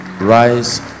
rise